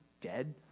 dead